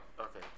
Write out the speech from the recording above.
Okay